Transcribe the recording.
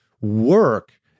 work